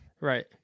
right